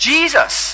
Jesus